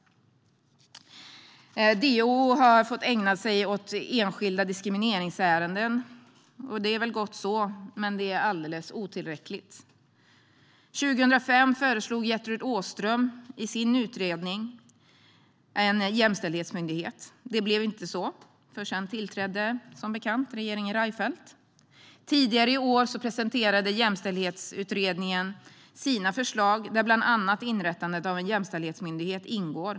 DO har fått ägna sig åt enskilda diskrimineringsärenden. Det är väl gott så, men det är alldeles otillräckligt. År 2005 föreslog Gertrud Åström i sin utredning en jämställdhetsmyndighet. Det blev inte så, för sedan tillträdde som bekant regeringen Reinfeldt. Tidigare i år presenterade Jämställdhetsutredningen sina förslag, där bland annat inrättandet av en jämställdhetsmyndighet ingår.